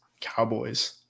Cowboys